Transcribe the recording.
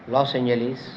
Los Angeles